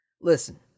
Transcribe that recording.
Listen